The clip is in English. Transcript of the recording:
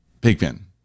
Pigpen